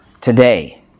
today